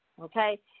okay